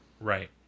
right